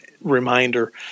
reminder